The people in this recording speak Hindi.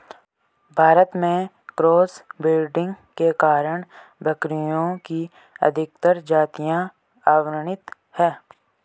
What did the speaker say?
भारत में क्रॉस ब्रीडिंग के कारण बकरियों की अधिकतर जातियां अवर्णित है